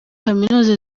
kaminuza